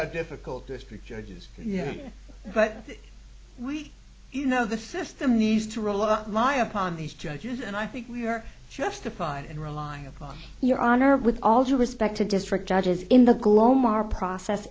are difficult district judges but we you know the system used to rule out lie upon these judges and i think we are justified in relying upon your honor with all due respect to district judges in the glow more process